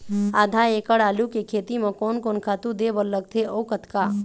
आधा एकड़ आलू के खेती म कोन कोन खातू दे बर लगथे अऊ कतका?